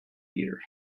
beer